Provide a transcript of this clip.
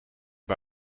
het